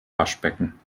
waschbecken